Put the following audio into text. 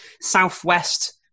southwest